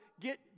get